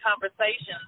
conversations